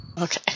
Okay